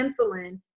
insulin